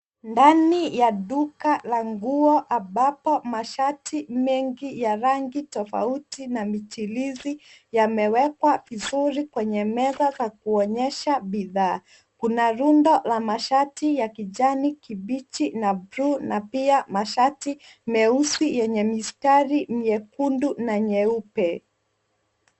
Ndani ya duka la nguo ambapo mashati mengi ya rangi tofauti na michirizi yamewekwa vizuri kwenye meza na kuonyesha bidhaa Kuna rundo la mashati ya kijani kibichi na buluu na pia mashati meusi yenye mistari nyekundu na nyeupe.